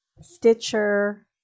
Stitcher